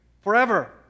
forever